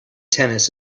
tennis